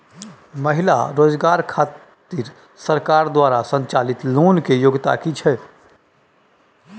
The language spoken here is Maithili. महिला रोजगार खातिर सरकार द्वारा संचालित लोन के योग्यता कि छै?